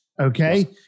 Okay